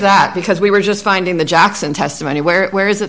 that because we were just finding the jackson testimony where where